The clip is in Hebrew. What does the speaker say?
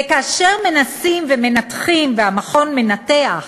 וכאשר מנסים ומנתחים, והמכון מנתח,